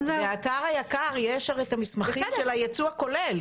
באתר היק"ר יש את המסמכים של הייצוא הכולל,